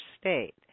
state